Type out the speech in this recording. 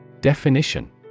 Definition